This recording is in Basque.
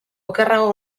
okerrago